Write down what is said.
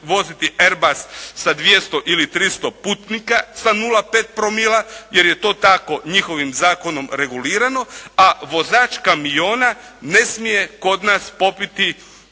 voziti air bus sa 200 ili 300 putnika sa 0,5 promila jer je to tako njihovim zakonom regulirano, a vozač kamiona ne smije kod nas popiti